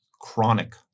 chronic